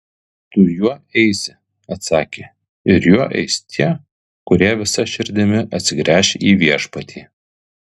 tu juo eisi atsakė ir juo eis tie kurie visa širdimi atsigręš į viešpatį